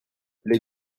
les